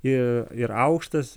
ir ir aukštas